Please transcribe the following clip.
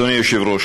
אדוני היושב-ראש,